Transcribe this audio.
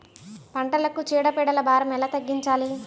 పంటలకు చీడ పీడల భారం ఎలా తగ్గించాలి?